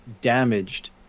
damaged